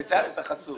בצלאל, אתה חצוף.